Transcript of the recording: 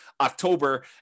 October